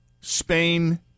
Spain